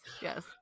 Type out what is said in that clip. yes